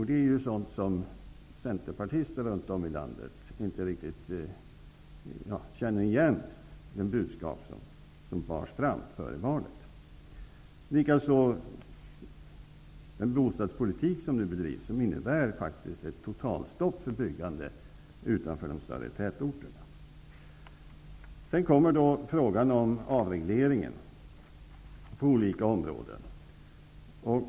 Det är sådant som centerpartister runt om i landet inte riktigt känner igen som de budskap som bars fram före valet. Det är samma sak med den bostadspolitik som nu bedrivs, som faktiskt innebär ett totalstopp för byggande utanför de större tätorterna. Så kommer frågan om avreglering på olika områden.